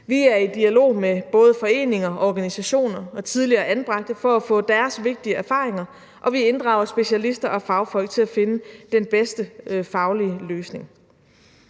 Vi er i dialog med både foreninger, organisationer og tidligere anbragte for at få deres vigtige erfaringer, og vi inddrager specialister og fagfolk til at finde den bedste faglige løsning.